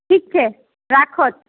ठीक छै राखथु